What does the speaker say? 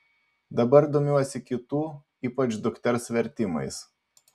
dabar domiuosi kitų ypač dukters vertimais